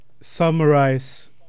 summarize